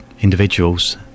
individuals